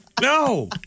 No